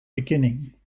beginning